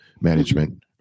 management